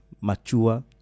mature